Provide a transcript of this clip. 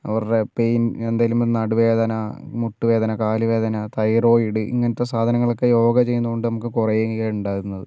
അവരുടെ പെയിൻ എന്തെങ്കിലും നടുവേദന മുട്ടുവേദന കാലുവേദന തൈറോയിഡ് ഇങ്ങനത്തെ സാധനങ്ങളൊക്കെ യോഗ ചെയ്യുന്നതുകൊണ്ട് നമുക്ക് കുറയുകയാണ് ഉണ്ടാകുന്നത്